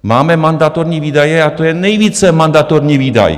Máme mandatorní výdaje a to je nejvíce mandatorní výdaj.